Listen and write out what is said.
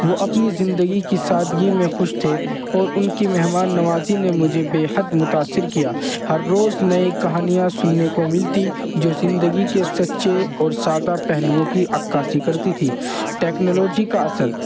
وہ اپنی زندگی کی سادگی میں خوش تھے اور ان کی مہمان نوازی نے مجھے بے حد متاثر کیا ہر روز نئی کہانیاں سننے کو ملتی جو زندگی کے سچے اور سادہ پہلوؤں کی عکاسی کرتی تھیں ٹیکنالوجی کا اثر